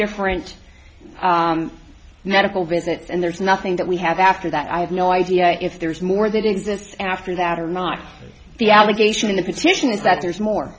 different medical visits and there's nothing that we have after that i have no idea if there's more that exists after that or not the allegation in the petition is that there's more